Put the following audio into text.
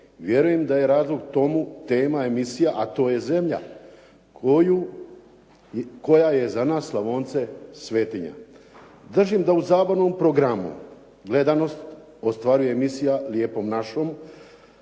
Vjerujem da je razlog tomu tema emisija, a to je zemlja koja je za nas Slavonce svetinja. Držim da u zabavnom programu gledanost ostvaruje emisija "Lijepom našom"